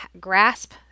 grasp